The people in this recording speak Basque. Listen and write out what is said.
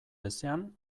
ezean